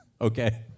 Okay